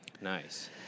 nice